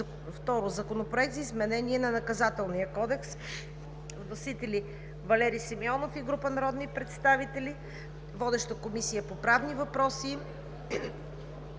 Законопроект за изменение на Наказателния кодекс. Вносител е Валери Симеонов и група народни представители. Водеща е Комисията по правни въпроси.